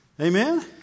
Amen